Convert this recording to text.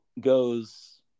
goes